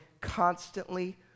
constantly